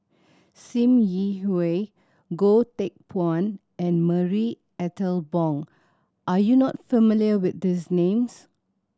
Sim Yi Hui Goh Teck Phuan and Marie Ethel Bong are you not familiar with these names